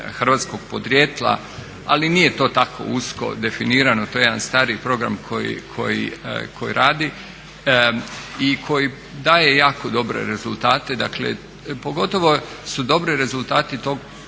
hrvatskog podrijetla, ali nije to tako usko definirano, to je jedan stariji program koji radi i koji daje jako dobre rezultate, dakle pogotovo su dobri rezultati tog